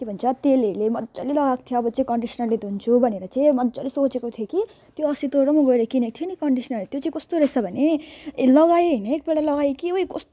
के भन्छ तेलहरूले मजाले लगाएको थिएँ अब चाहिँ कन्डिसनरले धुन्छु भनेर चाहिँ मजाले सोचेको थिएँ कि त्यो अस्ति तँ र म गएर किनेको थिएँ नि कन्डिसनर त्यो चाहिँ कस्तो रहेछ भने ए लगाएँ होइन एकपल्ट लगाएँ कि ओइ कस्तो